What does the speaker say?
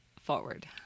forward